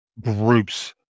groups